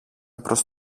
προς